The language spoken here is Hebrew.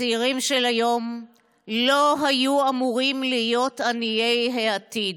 הצעירים של היום לא היו אמורים להיות עניי העתיד.